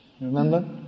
Remember